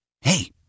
Hey